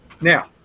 Now